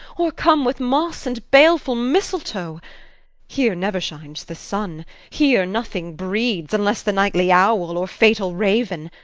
overcome with moss and baleful mistletoe here never shines the sun here nothing breeds, unless the nightly owl or fatal raven.